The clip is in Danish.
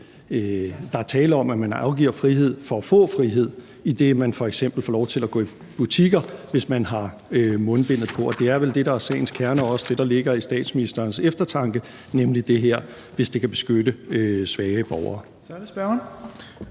der er tale om, at man afgiver frihed for at få frihed, idet man f.eks. får lov til at gå i butikker, hvis man har mundbind på. Og det er vel det, der er sagens kerne, og også det, der ligger i statsministerens eftertanke, nemlig det her med, hvis det kan beskytte svage borgere.